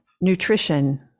nutrition